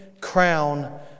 crown